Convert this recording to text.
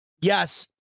yes